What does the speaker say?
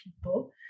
people